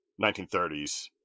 1930s